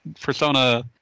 Persona